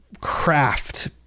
craft